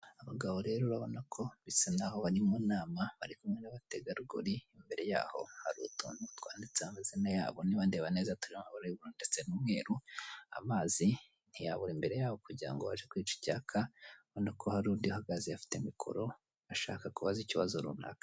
Umuntu ufite amafaranga menshi y'ubwoko bumwe mu ntoki ze arimo arayafunga kugirango abe yayabika, n'faranga menshi rwose imbere hari imashini ibara amafaranga imbere ye kandi hari imashini ya mudasobwa, mu busanzwe rero ibintu nk'ibyo dukunda kubisanga mu mabanki cyangwa se mu biro bivunja amafaranga aho baba bafite amafaranga menshi kandi bagomba kubika amafaranga bitewe n'ubwoko bwayo intoti ukwazo bigiye bitandukanye.